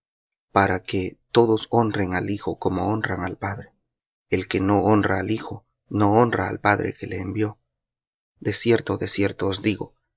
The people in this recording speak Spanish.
para que todos honren al hijo como honran al padre el que no honra al hijo no honra al padre que le envió de cierto de cierto os digo